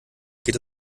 geht